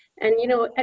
and, you know,